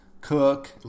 Cook